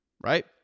right